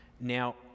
Now